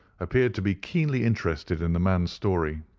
appeared to be keenly interested in the man's story.